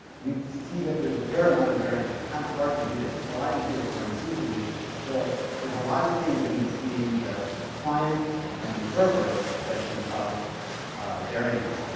you'd see that there's a fair amount of variance. it's kind of hard to do this. it's a lot easier for machine to do this, but still there's a lot of things in between the client and the server that can cause variance.